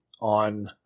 on